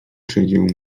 trzecią